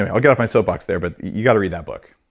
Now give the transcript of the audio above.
and i'll get off my soap box there, but you got to read that book